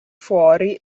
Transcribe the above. fuori